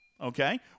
Okay